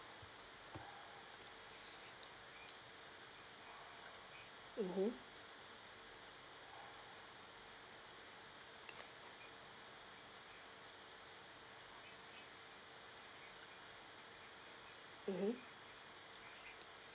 mmhmm mmhmm